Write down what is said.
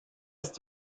ist